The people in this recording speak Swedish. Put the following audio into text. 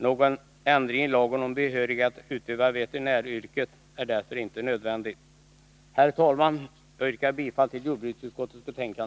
Någon ändring i lagen om behörighet att utöva veterinäryrket är därför inte nödvändig. Herr talman! Jag yrkar bifall till jordbruksutskottets hemställan.